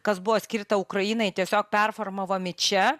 kas buvo skirta ukrainai tiesiog performavom į čia